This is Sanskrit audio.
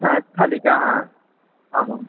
थालिका आमाम्